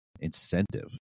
incentive